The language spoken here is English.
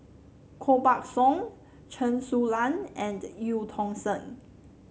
Koh Buck Song Chen Su Lan and Eu Tong Sen